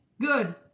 good